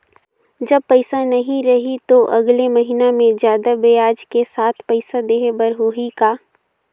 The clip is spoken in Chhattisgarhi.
जब पइसा नहीं रही तो अगले महीना मे जादा ब्याज के साथ पइसा देहे बर होहि का?